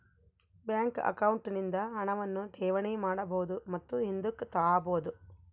bank account ನಿಂದ ಹಣವನ್ನು ಠೇವಣಿ ಮಾಡಬಹುದು ಮತ್ತು ಹಿಂದುಕ್ ತಾಬೋದು